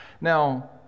Now